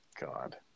God